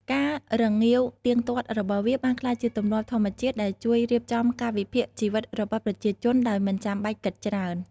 ការរងាវទៀងទាត់របស់វាបានក្លាយជាទម្លាប់ធម្មជាតិដែលជួយរៀបចំកាលវិភាគជីវិតរបស់ប្រជាជនដោយមិនបាច់គិតច្រើន។